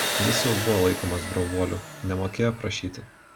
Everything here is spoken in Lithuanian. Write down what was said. jis buvo laikomas drovuoliu nemokėjo prašyti